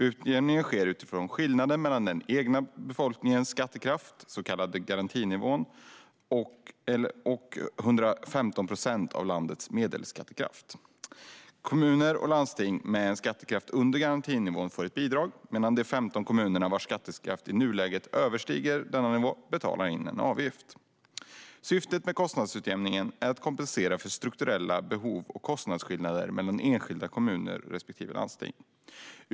Utjämningen beräknas utifrån skillnaden mellan den egna befolkningens skattekraft och den så kallade garantinivån, som är 115 procent av landets medelskattekraft. Kommuner och landsting med en skattekraft under garantinivån får ett bidrag, medan de 15 kommuner vars skattekraft i nuläget överstiger denna nivå betalar en avgift. Syftet med kostnadsutjämningen är att kompensera för strukturella behov och kostnadsskillnader mellan enskilda kommuner respektive landsting.